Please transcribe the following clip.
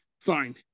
fine